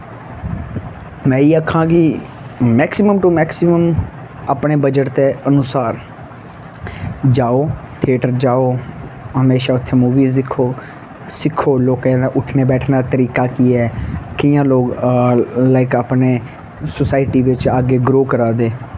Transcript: में एह् आक्खां कि मैक्सिमम टू मैक्सिमम अपने बजट दे अनुसार जाओ थियेटर जाओ हमेशा उत्थें मूवीस दिक्खो सिक्खो लोकें दा उट्ठने बैठने दा तरीका केह् ऐ कि'यां लोक लाईक अपने सोसाईटी बिच्च अग्गैं ग्रो करा दे